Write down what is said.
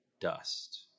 dust